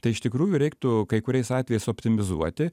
tai iš tikrųjų reiktų kai kuriais atvejais optimizuoti